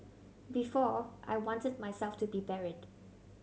before I want myself to be buried